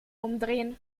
umdrehen